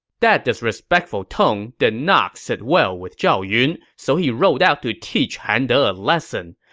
that disrespectful tone did not sit well with zhao yun, so he rode out to teach han de a lesson.